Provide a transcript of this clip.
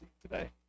today